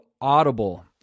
Audible